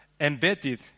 embedded